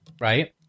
right